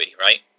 right